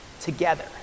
together